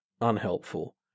unhelpful